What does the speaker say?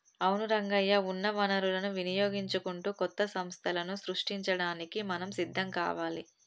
అవును రంగయ్య ఉన్న వనరులను వినియోగించుకుంటూ కొత్త సంస్థలను సృష్టించడానికి మనం సిద్ధం కావాలి